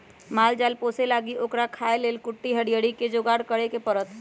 माल जाल पोशे लागी ओकरा खाय् लेल कुट्टी हरियरी कें जोगार करे परत